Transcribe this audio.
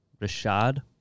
Rashad